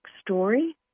story